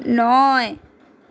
নয়